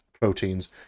proteins